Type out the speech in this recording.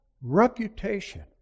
reputation